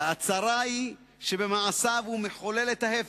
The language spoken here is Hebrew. הצרה היא, שבמעשיו הוא מחולל את ההיפך.